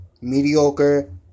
mediocre